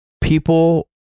people